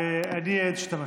ואני עד שאתה משפיע.